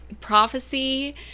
prophecy